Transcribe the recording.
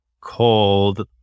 called